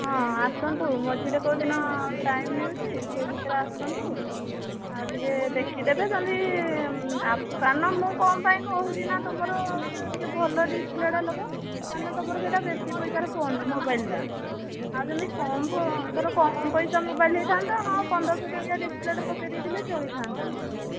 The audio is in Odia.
ହଁ ଆସନ୍ତୁ ମଝିରେ କେଉଁଦିନ ଟାଇମ ମିଳୁଛି ସେଇ ଭିତରେ ଆସନ୍ତୁ ଆଉ ଟିକିଏ ଦେଖିଦେବେ ଯଦି କାରଣ ମୁଁ କ'ଣ ପାଇଁ କହୁଛି ନା ତୁମର ଟିକିଏ ଭଲ ଡିସପ୍ଲେ ଟା ନେବ କାରଣ ତୁମର ସେଇଟା ବେଶୀ ପଇସାର ଫୋନ ମୋବାଇଲ ଟା ଆଉ ଯଦି କମ୍ ପ ଧର କମ୍ ପଇସା ମୋବାଇଲ ହେଇଥାନ୍ତା ହଁ ପନ୍ଦରଶହ ଟଙ୍କିଆ ଡିସପ୍ଲେ ଟା ପକାଇ ଦେଇଥିଲେ ଚଳିଥାନ୍ତା